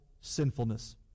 sinfulness